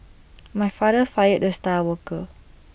my father fired the star worker